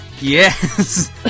Yes